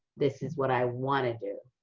this is what i want to do.